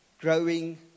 growing